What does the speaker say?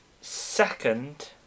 Second